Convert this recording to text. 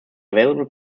available